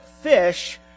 fish